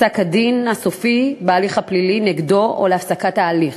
פסק-הדין הסופי בהליך הפלילי נגדו או הפסקת ההליך.